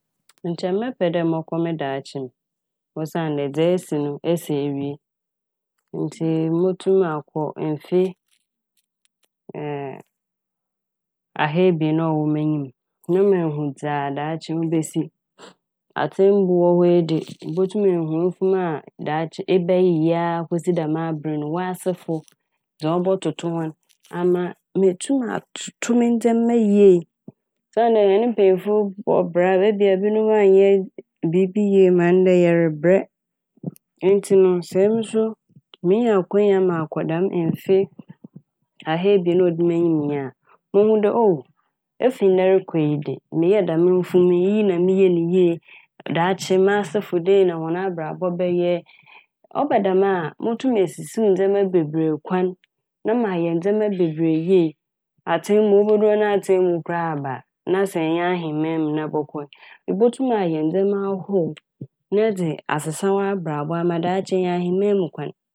Nkyɛ mɛpɛ dɛ mɔkɔ me daakye osiandɛ dza esi no esi ewie ntsi motum akɔ mfe ɛɛ ahaebien a ɔwɔ m'enyim na mehu dza daakye mebesi. Atsɛmbu wɔ hɔ yi de ibotum ehu mfom a daakye ebɛyeyɛ aa kosi dɛm aber no. W'asefo dza ɔbɔtoto hɔn ama meetum atoto me ndzɛma yie. Osiandɛ hɛn mpanyimfo bɔ bra ebi a na binom annyɛ biibi yie ma ndɛ yɛrebrɛ ntsi no sɛ emi so miinya akwanya makɔ dɛm mfe ahaebien no a odi m'enyim yi a muhu dɛ oh ofi ndɛ rokɔ yi de meyɛɛ dɛm mfom yi. Iyi na meyɛɛ ne yie, daakye masefo dɛm ma m'abrabɔ bɛyɛ ɔba dɛm a motum esisiw ndzɛma bebree kwan ma na mayɛ ndzɛma bebree yie. Atsɛmbu obodu hɔ na atsɛmbu koraa aba a na sɛ ɔnnyɛ ahemanm' na ebɔkɔ ibotum ayɛ ndzɛma ahorow na edze asesa w'abrabɔ ama daakye enya ahemanmu kwan.